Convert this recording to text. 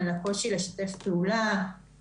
על הקושי לשתף פעולה,